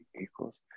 equals